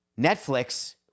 Netflix